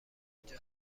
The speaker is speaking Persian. اونجا